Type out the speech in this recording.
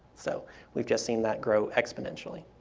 so we've just seen that grow exponentially.